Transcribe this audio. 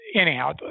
anyhow